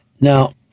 Now